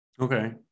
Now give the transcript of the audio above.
Okay